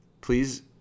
please